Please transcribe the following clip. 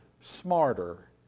smarter